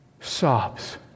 sobs